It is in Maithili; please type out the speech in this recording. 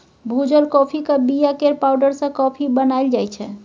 भुजल काँफीक बीया केर पाउडर सँ कॉफी बनाएल जाइ छै